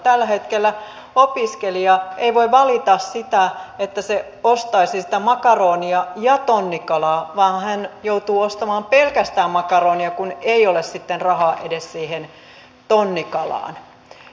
tällä hetkellä opiskelija ei voi valita sitä että ostaisi sitä makaronia ja tonnikalaa vaan hän joutuu ostamaan pelkästään makaronia kun ei ole sitten rahaa edes siihen tonnikalaan